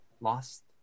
lost